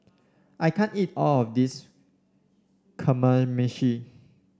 I can't eat all of this Kamameshi